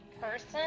person